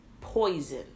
poison